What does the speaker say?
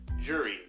jury